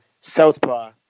Southpaw